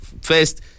first